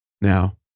Now